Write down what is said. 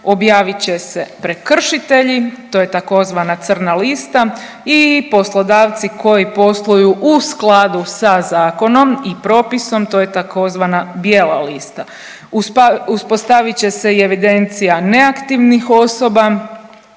objavit će se prekršitelji to je tzv. crna lista i poslodavci koji posluju u skladu sa zakonom i propisom to je tzv. bijela lista. Uspostavit će se i evidencija neaktivnih osoba